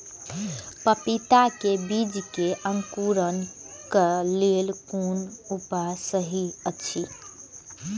पपीता के बीज के अंकुरन क लेल कोन उपाय सहि अछि?